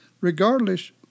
Regardless